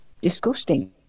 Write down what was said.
Disgusting